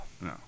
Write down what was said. No